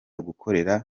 gukorera